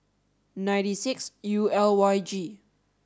ninety six U L Y G